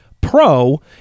pro